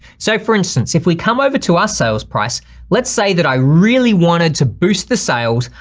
so for instance, if we come over to our sales price let's say that i really wanted to boost the sales.